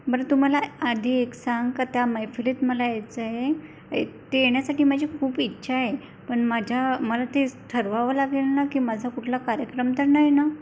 बरं तू मला आधी एक सांग का त्या मैफिलीत मला यायचं आहे ते येण्यासाठी माझी खूप इच्छा आहे पण माझ्या मला ते ठरवावं लागेल ना की माझा कुठला कार्यक्रम तर नाही ना